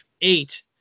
eight